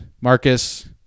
Marcus